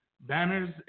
Banners